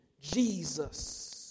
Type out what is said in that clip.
Jesus